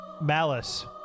Malice